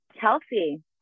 Kelsey